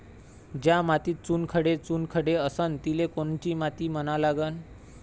ज्या मातीत चुनखडे चुनखडे असन तिले कोनची माती म्हना लागन?